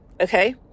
okay